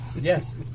Yes